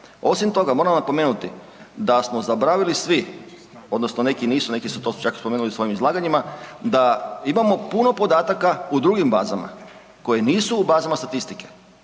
Osim toga moramo napomenuti da smo zaboravili svi odnosno neki nisu neki su to čak spomenuli u svojim izlaganjima, da imamo puno podataka u drugim bazama koji nisu u bazi statistike.